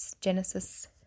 Genesis